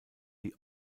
die